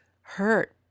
hurt